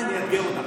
אני אאתגר אותך,